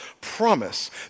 promise